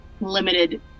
limited